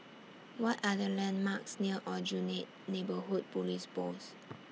What Are The landmarks near Aljunied Neighbourhood Police Post